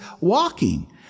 walking